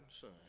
son